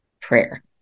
prayer